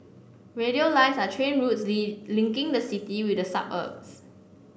radial lines are train routes linking the city with the suburbs